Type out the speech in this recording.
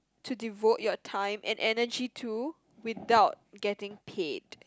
to devote your time and energy to without getting paid